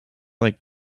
like